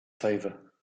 favor